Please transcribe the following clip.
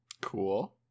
Cool